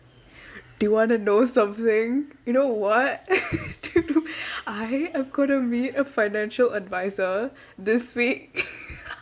do you want to know something you know what I am going to meet a financial advisor this week